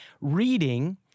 reading